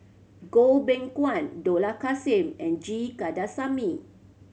Goh Beng Kwan Dollah Kassim and G Kandasamy